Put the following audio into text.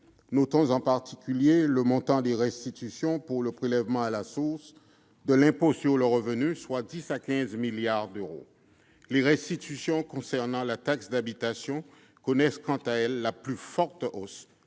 Notons en particulier le montant des restitutions pour le prélèvement à la source de l'impôt sur le revenu : 10 à 15 milliards d'euros ! Les restitutions portant sur la taxe d'habitation connaissent quant à elles la plus forte hausse-